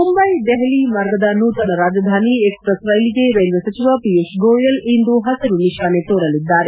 ಮುಂಬೈ ದೆಹಲಿ ಮಾರ್ಗದ ನೂತನ Rajdhani express ರೈಲಿಗೆ ರೈಲ್ವೆ ಸಚಿವ ಪಿಯೂಶ್ ಗೋಯಲ್ ಇಂದು ಪಸಿರು ನಿಶಾನೆ ತೋರಲಿದ್ದಾರೆ